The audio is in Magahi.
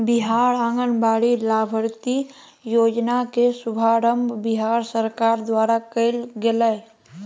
बिहार आंगनबाड़ी लाभार्थी योजना के शुभारम्भ बिहार सरकार द्वारा कइल गेलय